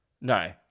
No